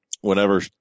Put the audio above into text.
whenever